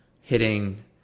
hitting